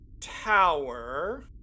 tower